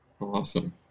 Awesome